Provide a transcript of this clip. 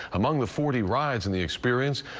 among the forty rides in the experience,